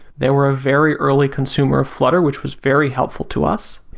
they were a very early consumer of flutter which was very helpful to us.